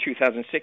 2006